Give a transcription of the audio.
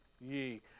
ye